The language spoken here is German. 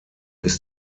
ist